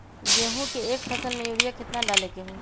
गेंहू के एक फसल में यूरिया केतना डाले के होई?